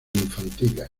infantiles